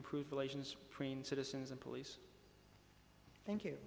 improve relations between citizens and police thank you